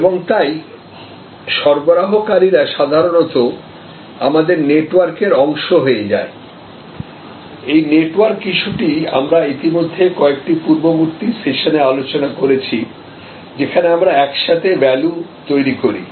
এবং তাই সরবরাহকারীরা সাধারণত আমাদের নেটওয়ার্কের অংশ হয়ে যায় এই নেটওয়ার্ক ইস্যুটি আমরা ইতিমধ্যে কয়েকটি পূর্ববর্তী সেশনে আলোচনা করেছি যেখানে আমরা একসাথে ভ্যালু তৈরি করি